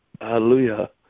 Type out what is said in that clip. Hallelujah